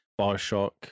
Bioshock